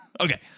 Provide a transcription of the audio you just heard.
Okay